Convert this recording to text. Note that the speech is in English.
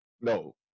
no